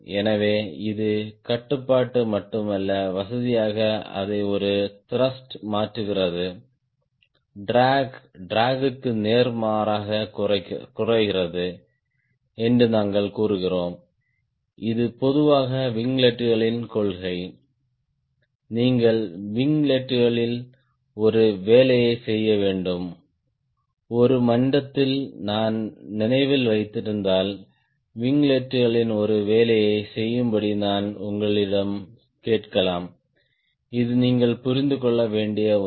எனவே இது கட்டுப்பாடு மட்டுமல்ல வசதியாக அதை ஒரு த்ருஷ்ட் மாற்றுகிறது ட்ராக் ட்ராக் க்கு நேர்மாறாக குறைகிறது என்று நாங்கள் கூறுகிறோம் இது பொதுவாக விங்லெட்டுகளின் கொள்கை நீங்கள் விங்லெட்களில் ஒரு வேலையைச் செய்ய வேண்டும் ஒரு மன்றத்தில் நான் நினைவில் வைத்திருந்தால் விங்லெட்களில் ஒரு வேலையைச் செய்யும்படி நான் உங்களிடம் கேட்கலாம் இது நீங்கள் புரிந்து கொள்ள வேண்டிய ஒன்று